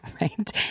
right